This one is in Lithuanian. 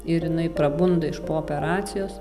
ir jinai pabunda iš po operacijos